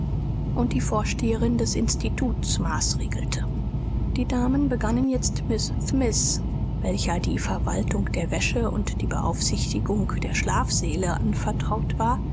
und die vorsteherin des instituts maßregelte die damen begannen jetzt miß smith welcher die verwaltung der wäsche und die beaufsichtigung der schlafsäle anvertraut war